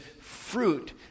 fruit